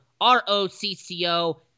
R-O-C-C-O